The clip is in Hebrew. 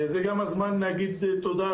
זה גם הזמן להגיד תודה,